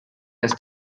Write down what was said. ist